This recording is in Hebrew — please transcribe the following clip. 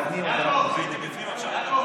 הייתי בפנים,